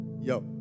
yo